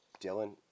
Dylan